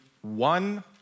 one